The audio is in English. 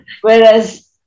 Whereas